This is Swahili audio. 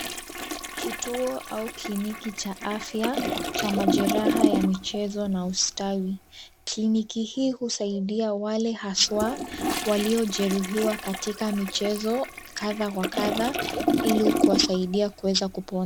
Kituo au kliniki cha afya cha majeraha ya michezo na ustawi. Kliniki hii husaidia wale haswaa waliojeruhiwa katika michezo kadha wa kadha ili kuwasaidia kuweza kupona.